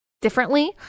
differently